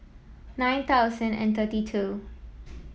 nine thousand and thirty two